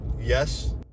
yes